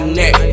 neck